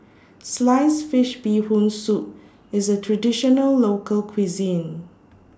Sliced Fish Bee Hoon Soup IS A Traditional Local Cuisine